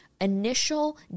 initial